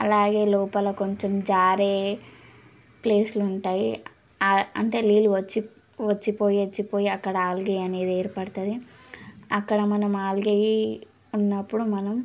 అలాగే లోపల కొంచెం జారే ప్లేస్లుంటాయి అంటే నీళ్ళు వచ్చి వచ్చి పోయి వచ్చి పోయి అక్కడ ఆల్గే అనేది ఏర్పడుతుంది అక్కడ మనం ఆల్గే ఉన్నప్పుడు మనం